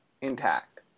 intact